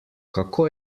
kako